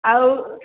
ଆଉ